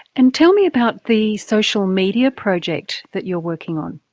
and tell me about the social media project that you're working on.